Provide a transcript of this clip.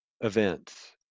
events